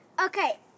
Okay